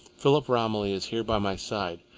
philip romilly is here by my side.